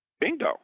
Bingo